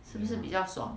是不是比较爽